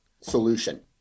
solution